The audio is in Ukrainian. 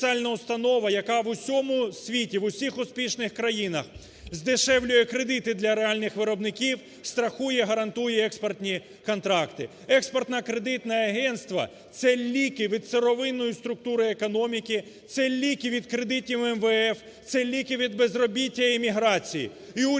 спеціальна установа, яка в усьому світі у всіх успішних країнах, здешевлює кредити для реальних виробників, страхує, гарантує експортні контракти. Експортно-кредитне агентство це ліки від сировинної структури економіки, це ліки від кредитів МВФ, це ліки від безробіття і міграції.